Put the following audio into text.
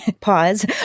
pause